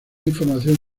información